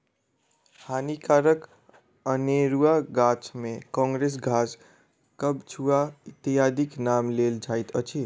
हानिकारक अनेरुआ गाछ मे काँग्रेस घास, कबछुआ इत्यादिक नाम लेल जाइत अछि